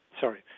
sorry